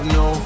no